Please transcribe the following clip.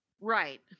Right